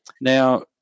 Now